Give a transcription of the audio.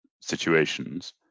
situations